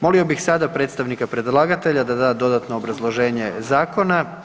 Molio bih sada predstavnika predlagatelja da da dodatno obrazloženje zakona.